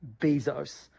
Bezos